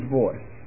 voice